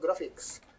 graphics